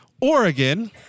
Oregon